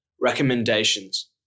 Recommendations